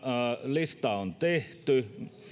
lista on tehty